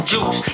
juice